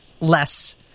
less